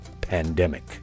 pandemic